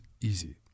easy